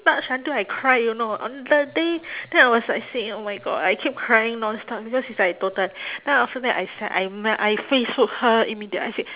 touched until I cry you know on the day then I was like saying oh my god I keep crying nonstop because it's like tota~ then after that I said I me~ I facebook her immediately I said